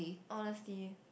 honesty